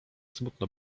smutno